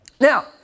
Now